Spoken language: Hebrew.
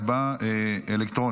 אנחנו נבצע הצבעה אלקטרונית.